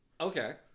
Okay